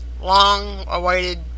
long-awaited